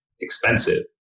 expensive